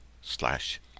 slash